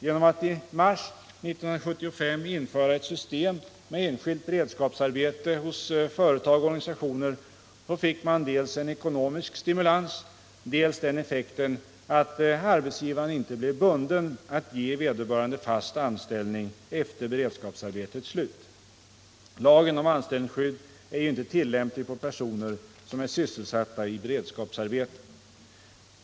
Genom att i mars 1975 införa ett system med enskilt beredskapsarbete hos företag och organisationer fick man dels en ekonomisk stimulans, dels den effekten att arbetsgivaren inte blev 13 bunden att ge vederbörande fast anställning efter beredskapsarbetets slut. Lagen om anställningsskydd är ju inte tillämplig på personer som är sysselsatta i beredskapsarbete.